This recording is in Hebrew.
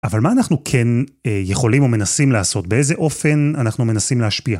אבל מה אנחנו כן יכולים או מנסים לעשות? באיזה אופן אנחנו מנסים להשפיע?